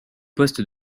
poste